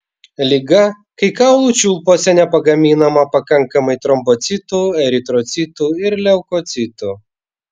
liga kai kaulų čiulpuose nepagaminama pakankamai trombocitų eritrocitų ir leukocitų